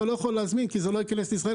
אתה לא יכול להזמין כי זה לא ייכנס לישראל.